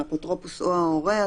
האפוטרופוס או ההורה.